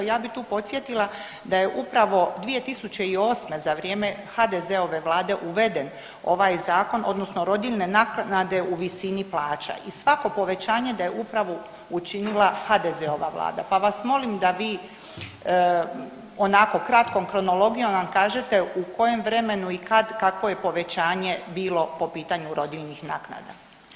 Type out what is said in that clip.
Ja bi tu podsjetila da je upravo 2008. za vrijeme HDZ-ove vlade uveden ovaj zakon odnosno rodiljne naknade u visini plaća i svako povećanje da je upravo učinila HDZ-ova vlada, pa vas molim da vi onako kratkom kronologijom nam kažete u kojem vremenu i kad, kakvo je povećanje bilo po pitanju rodiljnih naknada.